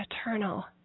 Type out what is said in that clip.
eternal